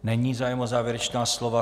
Není zájem o závěrečná slova.